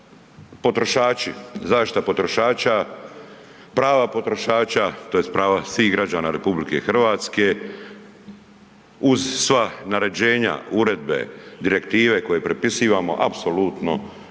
potrošači, zaštita potrošača, prava potrošača tj. prava svih građana RH uz sva naređenja, uredbe, direktive koje prepisivamo apsolutno